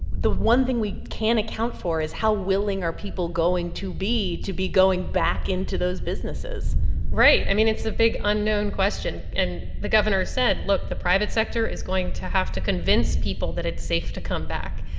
the one thing we can't account for is how willing are people going to be to be going back into those businesses right. i mean, it's the big, unknown question. and the governor said, look the private sector is going to have to convince people that it's safe to come back.